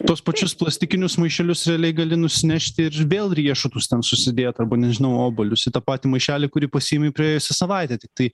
tuos pačius plastikinius maišelius realiai gali nusinešti ir vėl riešutus ten susidėt arba nežinau obuolius į tą patį maišelį kurį pasiėmei preėjusią savaitę tiktai